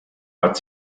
hat